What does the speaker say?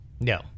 No